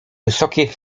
wysokie